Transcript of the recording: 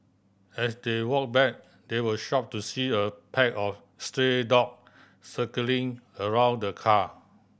as they walk back they were shocked to see a pack of stray dog circling around the car